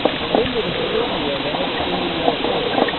remember that here you are now defending your home,